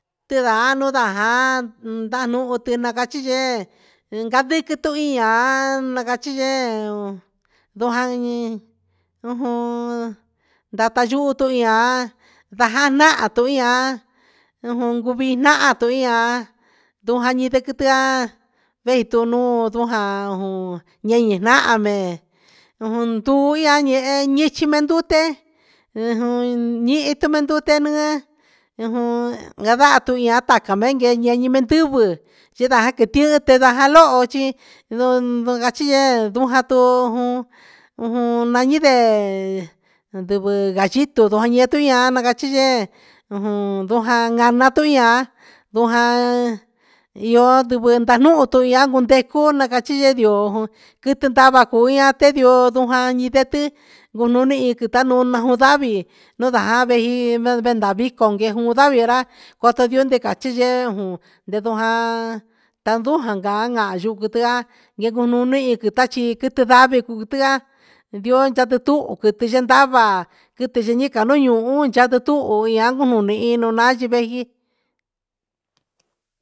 Tilaha un jaa nda nuhun cachi yee ndaquiti tu iya na cachi yee tata yuhu tuian ta janahan tuian un jun vinahan ndujaa quitian vitunian jaan juun nii nahan jeen nduia ehe ichi me ndute ɨhɨn tu maan ndute nee gavaha tuian tacan meen ye meen meen ndivɨ ndica jin tiin jaloho chi cachi yee ndu jaa juun ujun yee ndivɨ gallito nduti maan cachi yee ujum ndujana tuyaa ndujaan ndioo ndivɨ nda nuhun ti jian cundecu na cachi yee yo quiti ndava cuu jee tioo ndu janiti gununi in sa nuna jun ndavi un ndaa vehi nda nda ndavi vico yee ndavi ra cachi yee ndecu jaa tandujan ga jan ta ndujan aa yucu nuni tachi tichi savi tia ndioo cati tuhun quiti cha ndava quiti cha chica nuun uhun yata cutuhun tia cumuni jiin nunaan yuvei.